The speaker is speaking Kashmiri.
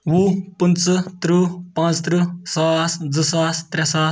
وُہ پٕنٛژٕ تٕرٛہ پانٛژھ تٕرٛہ ساس زٕ ساس ترٛےٚ ساس